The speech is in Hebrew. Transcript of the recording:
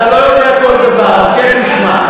אתה לא יודע כל דבר, הסכת ושמע.